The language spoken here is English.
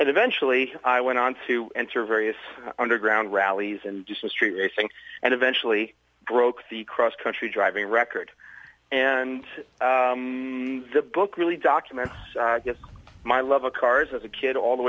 and eventually i went on to enter various underground rallies and just a street racing and eventually broke the cross country driving record and the book really document my love of cars as a kid all the